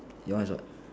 your one is what